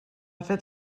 fet